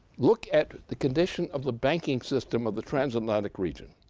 look at the condition of the banking system of the trans-atlantic region.